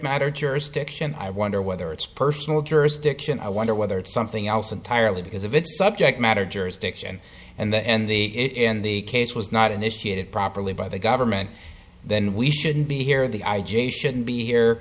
matter jurisdiction i wonder whether it's personal jurisdiction i wonder whether it's something else entirely because of its subject matter jurisdiction and the and the it in the case was not initiated properly by the government then we shouldn't be here the i j a shouldn't be here